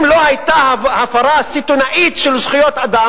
אם לא היתה הפרה סיטונית של זכויות אדם,